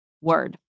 word